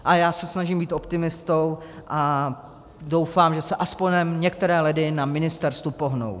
A já se snažím být optimistou a doufám, že se aspoň některé ledy na ministerstvu pohnou.